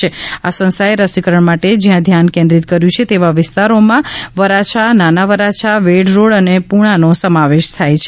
સહયોગથી યુનિવર્ આ સંસ્થા એ રસીકરણ માટે શ્યાં ધ્યાન કેન્દ્રિત કર્યું છે તેવા વિસ્તારો માં વરાછા નાના વરાછા વેડ રોડ અને પૂણા નો સમાવેશ થાય છે